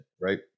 right